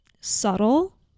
Subtle